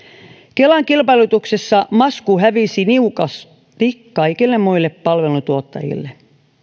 kelan kilpailutuksessa masku hävisi niukasti kaikille muille palveluntuottajille